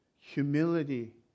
humility